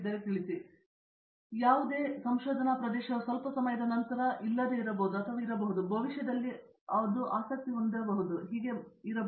ಸಂಶೋಧನೆಯ ಯಾವುದೇ ಪ್ರದೇಶವು ಸ್ವಲ್ಪ ಸಮಯದ ನಂತರ ಇರಬಹುದು ಮತ್ತು ಭವಿಷ್ಯದಲ್ಲಿ ಅವರು ಆಸಕ್ತಿ ಹೊಂದಿರಬಹುದು ಮತ್ತು ಹೀಗೆ ಮಾಡಬಹುದು